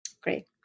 Great